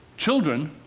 children